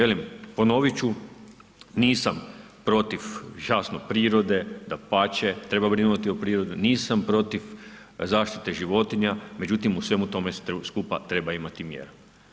Velim, ponovit ću, nisam protiv jasno, prirode, dapače, treba brinuti o prirodi, nisam protiv zaštite životinja, međutim u svemu tome skupa treba imati mjeru.